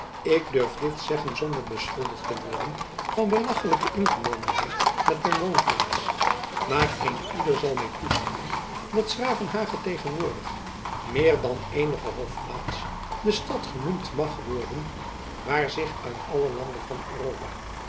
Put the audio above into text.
ik durf dit zeggen zonder beschuldigd te worden van belachlijke ingenomenheid met mijn woonplaats maar een ieder zal my toestemmen dat s gravenhage tegenwoordig meer dan eenige hofplaats de stad genoemd mag worden waar zich uit alle landen van europa